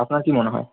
আপনার কি মনে হয়